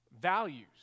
values